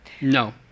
No